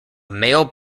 male